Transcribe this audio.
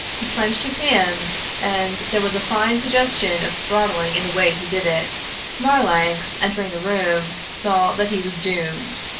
he clenched his hands and there was a fine suggestion of throttling in the way he did it marlanx, entering the room, saw that he was doomed.